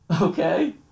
Okay